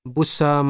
Busa